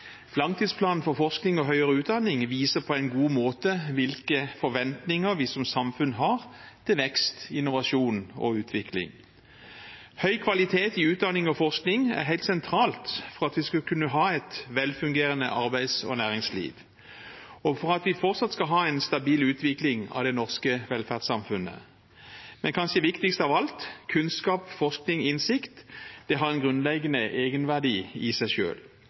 Langtidsplanen for forskning og høyere utdanning viser på en god måte hvilke forventninger vi som samfunn har til vekst, innovasjon og utvikling. Høy kvalitet i utdanning og forskning er helt sentralt for at vi skal kunne ha et velfungerende arbeids- og næringsliv, og for at vi fortsatt skal ha en stabil utvikling av det norske velferdssamfunnet. Men kanskje viktigst av alt: Kunnskap, forskning og innsikt har en grunnleggende egenverdi i seg